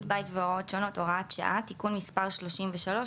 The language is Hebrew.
בית והוראות שונות)(הוראת שעה)(תיקון מס' 33),